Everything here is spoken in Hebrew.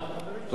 את רוצה להשיב?